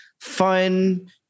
fun